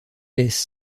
laisse